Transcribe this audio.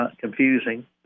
confusing